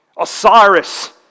Osiris